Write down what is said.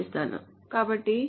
కాబట్టి 5 some 0 5